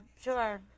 sure